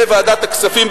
בוועדת הכספים,